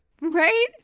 right